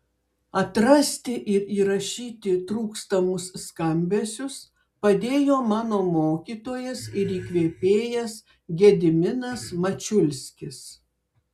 atrasti ir įrašyti trūkstamus skambesius padėjo mano mokytojas ir įkvėpėjas gediminas mačiulskis